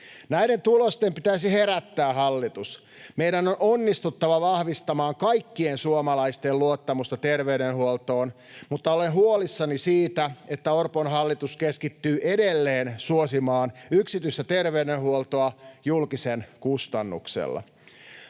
Näiden tulosten pitäisi herättää hallitus. Meidän on onnistuttava vahvistamaan kaikkien suomalaisten luottamusta terveydenhuoltoon, mutta olen huolissani siitä, että Orpon hallitus keskittyy edelleen suosimaan yksityistä terveydenhuoltoa julkisen kustannuksella.